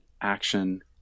action